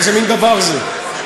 איזה מין דבר זה?